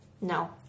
No